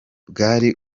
bwari